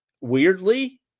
weirdly